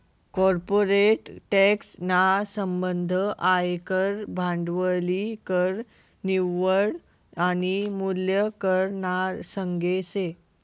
corporate tax ना संबंध आयकर, भांडवली कर, निव्वळ आनी मूल्य कर ना संगे शे